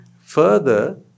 further